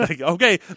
Okay